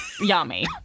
yummy